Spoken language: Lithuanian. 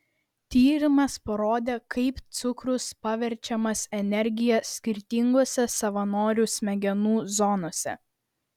tyrimas parodė kaip cukrus paverčiamas energija skirtingose savanorių smegenų zonose